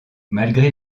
malgré